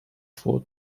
vor